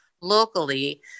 locally